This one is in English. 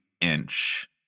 inch